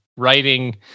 Writing